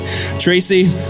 Tracy